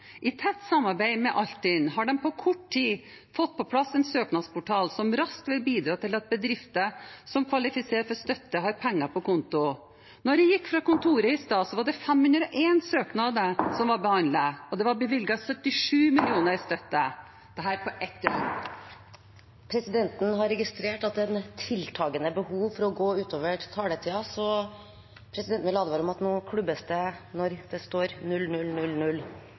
I tett samarbeid med Altinn har de på kort tid fått på plass en søknadsportal som raskt vil bidra til at bedrifter som kvalifiserer for støtte, har penger på konto. Da jeg gikk fra kontoret i stad, var det 501 søknader som var behandlet, og det var bevilget 77 mill. kr i støtte – dette på ett døgn. Presidenten har registrert at det er et tiltagende behov for å gå utover taletiden. Presidenten vil advare om at nå klubbes det når det står